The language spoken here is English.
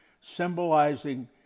symbolizing